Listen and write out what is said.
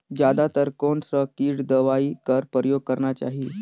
जादा तर कोन स किट दवाई कर प्रयोग करना चाही?